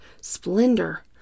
Splendor